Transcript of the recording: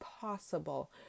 possible